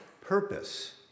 purpose